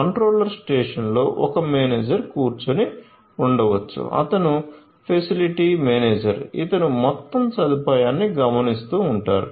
control స్టేషన్లో ఒక manager కూర్చొని ఉండవచ్చు అతను ఫెసిలిటీ మేనేజర్ ఇతను మొత్తం సదుపాయాన్ని గమనిస్తూ ఉంటారు